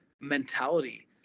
mentality